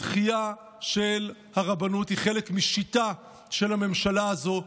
הדחייה של הרבנות היא חלק משיטה של הממשלה הזו,